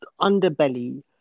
underbelly